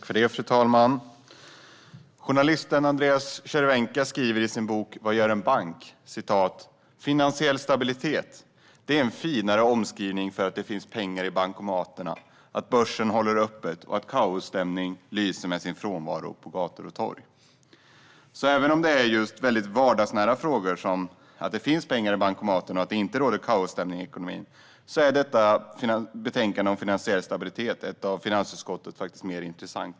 Fru talman! Journalisten Andreas Cervenka skriver i sin bok Vad gör en bank? att finansiell stabilitet "är en finare omskrivning för att det finns pengar i bankomaterna, att börsen håller öppet och att kaosstämning lyser med sin frånvaro på gator och torg". Även om det gäller väldigt vardagsnära frågor som att det finns pengar i bankomaten och att det inte råder kaosstämning i ekonomin är detta betänkande om finansiell stabilitet ett av finansutskottets mer intressanta.